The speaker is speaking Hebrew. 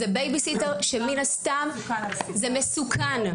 זה בייביסיטר שמין הסתם זה מסוכן.